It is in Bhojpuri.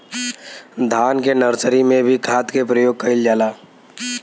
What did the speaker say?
धान के नर्सरी में भी खाद के प्रयोग कइल जाला?